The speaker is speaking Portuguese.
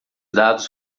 dados